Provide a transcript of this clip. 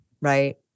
Right